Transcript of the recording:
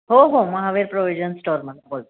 हो हो महावीर प्रोविजन स्टोरमधून बोलते आहे